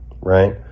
right